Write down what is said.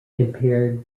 compared